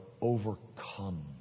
overcome